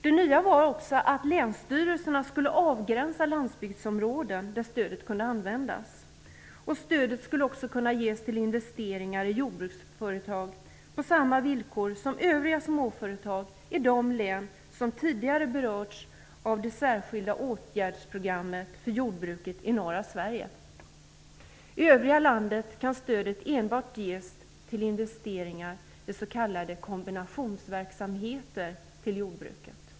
Det nya var också att länsstyrelserna skulle avgränsa landsbygdsområden där stödet kunde användas. Stödet skulle också kunna ges till investeringar i jordbruksföretag på samma villkor som gäller för övriga småföretag i de län som tidigare berörts av det särskilda åtgärdsprogrammet för jordbruket i norra Sverige. I övriga landet kan stödet enbart ges till investeringar i s.k. kombinationsverksamheter till jordbruket.